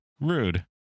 Rude